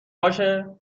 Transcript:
باشه